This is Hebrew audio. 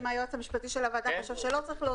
אם היועץ המשפטי של הוועדה חושב שלא צריך להוסיף את זה